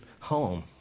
home